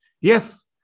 Yes